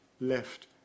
left